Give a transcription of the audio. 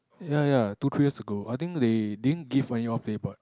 ya ya two three years ago I think they didn't gave any off day but